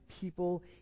people